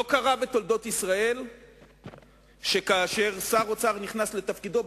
לא קרה בתולדות ישראל שכאשר שר אוצר נכנס לתפקידו,